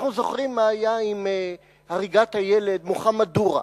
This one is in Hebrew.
אנחנו זוכרים מה היה עם הריגת הילד מוחמד א-דורה.